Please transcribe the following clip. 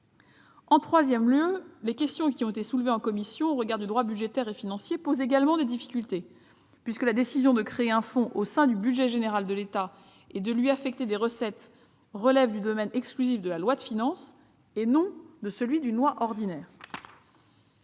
Troisième difficulté- cela a été soulevé en commission -, les aspects relatifs au droit budgétaire et financier posent également problème, puisque la décision de créer un fonds au sein du budget général de l'État et de lui affecter des recettes relève du domaine exclusif de la loi de finances et non de celui d'une loi ordinaire.